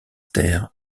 terre